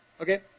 Okay